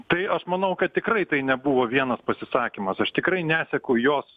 tai aš manau kad tikrai tai nebuvo vienas pasisakymas aš tikrai neseku jos